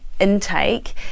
intake